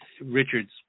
Richard's